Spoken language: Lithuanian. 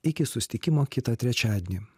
iki susitikimo kitą trečiadienį